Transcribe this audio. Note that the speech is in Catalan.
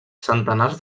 centenars